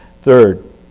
Third